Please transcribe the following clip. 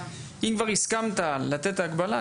אם כבר הסכמת לתת הגבלה,